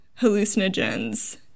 hallucinogens